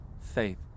faith